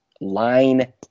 line